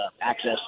access